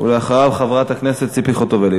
ואחריו, חברת הכנסת ציפי חוטובלי.